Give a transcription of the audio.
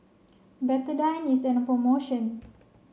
Betadine is an promotion